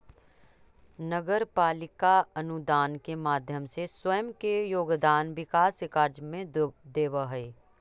नगर पालिका अनुदान के माध्यम से स्वयं के योगदान विकास कार्य में देवऽ हई